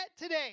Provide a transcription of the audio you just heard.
today